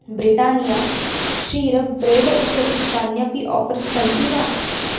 Britannia क्षीरं bread उपरि कान्यापि आफ़र्स् सन्ति वा